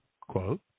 quote